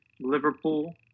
Liverpool